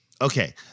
okay